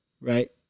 Right